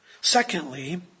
Secondly